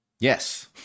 Yes